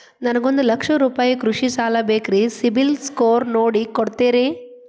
ನನಗೊಂದ ಲಕ್ಷ ರೂಪಾಯಿ ಕೃಷಿ ಸಾಲ ಬೇಕ್ರಿ ಸಿಬಿಲ್ ಸ್ಕೋರ್ ನೋಡಿ ಕೊಡ್ತೇರಿ?